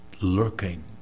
lurking